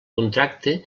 contracte